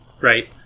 right